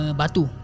batu